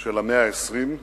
של המאה ה-20,